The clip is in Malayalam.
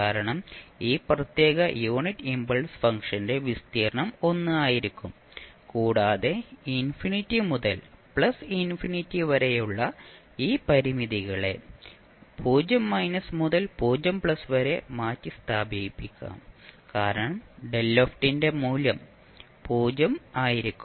കാരണം ഈ പ്രത്യേക യൂണിറ്റ് ഇംപൾസ് ഫംഗ്ഷന്റെ വിസ്തീർണ്ണം 1 ആയിരിക്കും കൂടാതെ ഇൻഫിനിറ്റി മുതൽ പ്ലസ് ഇൻഫിനിറ്റി വരെയുള്ള ഈ പരിമിതികളെ 0 മൈനസ് മുതൽ 0 പ്ലസ് വരെ മാറ്റിസ്ഥാപിക്കാം കാരണം ന്റെ മൂല്യം 0 ആയിരിക്കും